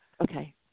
Okay